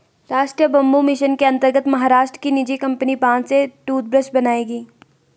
राष्ट्रीय bamboo mission के अंतर्गत महाराष्ट्र की निजी कंपनी बांस से टूथब्रश बनाएगी